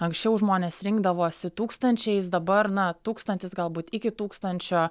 anksčiau žmonės rinkdavosi tūkstančiais dabar na tūkstantis galbūt iki tūkstančio